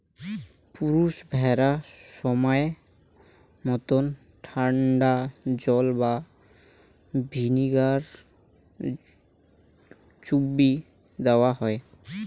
পুরুষ ভ্যাড়া সমায় মতন ঠান্ডা জল বা ভিনিগারত চুগবি দ্যাওয়ং হই